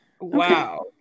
Wow